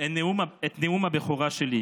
את נאום הבכורה שלי,